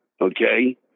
Okay